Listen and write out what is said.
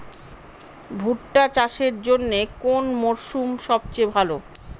ভুট্টা চাষের জন্যে কোন মরশুম সবচেয়ে ভালো?